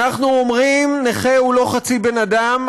אנחנו אומרים: נכה הוא לא חצי בן אדם.